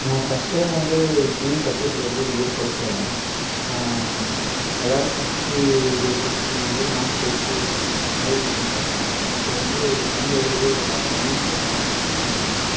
நான் first time வந்து swimming கற்றுக்கிட்டது வந்து எங்கள் ஊர் குளத்தில் தான் எல்லாரும் குச்சி கு குளிச்சிட்டுருந்தம் போது நானும் குளிச்சி அழுதுகிட்டு கிடப்பேன் அப்போ வந்து தண்ணியில ஊறிட்டே இருக்கடா நீந்துடா அப்படி சொல்லி இது பண்ணுவாங்க